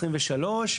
התשפ"ג-2023.